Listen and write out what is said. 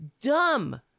dumb